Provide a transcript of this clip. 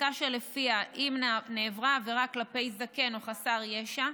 חזקה שלפיה אם נעברה עבירה כלפי זקן או חסר ישע,